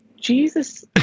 jesus